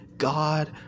God